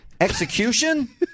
Execution